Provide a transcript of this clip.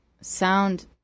Sound